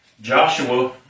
Joshua